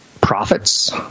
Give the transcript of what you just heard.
profits